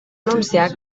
anunciar